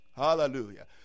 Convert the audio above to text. Hallelujah